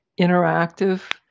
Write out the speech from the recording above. interactive